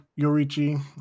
Yorichi